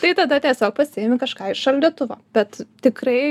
tai tada tiesiog pasiimi kažką iš šaldytuvo bet tikrai